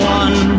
one